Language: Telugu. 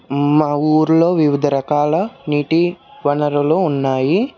మా ఊర్లో వివిధ రకాల నీటి వనరులు ఉన్నాయి